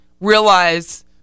realize